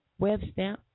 Webstamp